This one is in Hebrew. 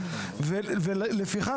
ולפיכך,